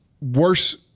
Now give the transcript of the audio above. worse